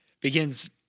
begins